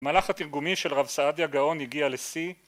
המהלך התרגומי של רב סעדיה גאון הגיע לשיא